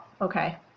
Okay